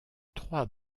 trois